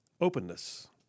openness